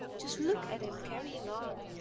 just look at him carrying on!